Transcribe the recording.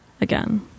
again